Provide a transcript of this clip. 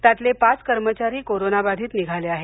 यातले पाच कर्मचारी कोरोना बाधित निघाले आहेत